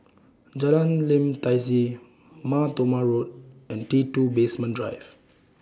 Jalan Lim Tai See Mar Thoma Road and T two Basement Drive